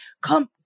come